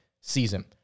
season